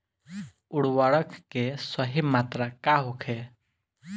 उर्वरक के सही मात्रा का होखे?